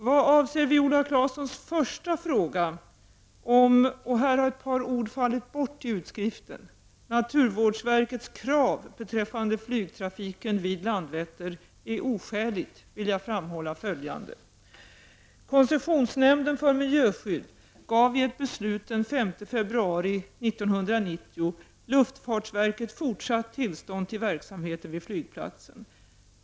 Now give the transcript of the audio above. Vad avser Viola Claessons första fråga, om naturvårdsverkets krav beträffande flygtrafiken vid Landvetter är oskäligt, vill jag framhålla följande. Koncessionsnämnden för miljöskydd gav i ett beslut den 5 februari 1990 luftfartsverket fortsatt tillstånd till verksamheten vid flygplatsen.